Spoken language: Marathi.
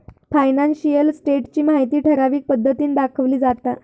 फायनान्शियल स्टेटस ची माहिती ठराविक पद्धतीन दाखवली जाता